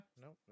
nope